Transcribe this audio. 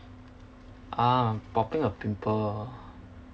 ah popping a pimple